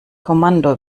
kommando